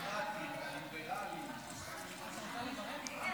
הדמוקרטית, הליברלית.